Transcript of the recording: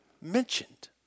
mentioned